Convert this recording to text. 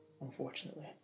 unfortunately